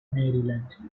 maryland